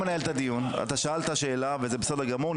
אתה שאלת שאלה וזה בסדר גמור,